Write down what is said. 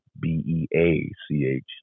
b-e-a-c-h